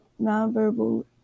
nonverbal